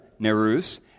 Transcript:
Nerus